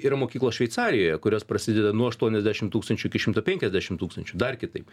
yra mokyklos šveicarijoje kurios prasideda nuo aštuoniasdešim tūkstančių iki šimto penkiasdešim tūkstančių dar kitaip